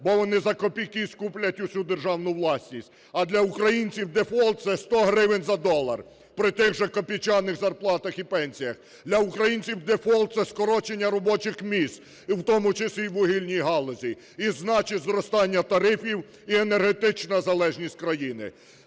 бо вони за копійки скуплять усю державну власність, а для українців дефолт - це 100 гривень за долар при тих же копійчаних зарплатах і пенсіях. Для українців дефолт - це скорочення робочих місць, і в тому числі у вугільній галузі, і значить, зростання тарифів і енергетична залежність країни.